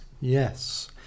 Yes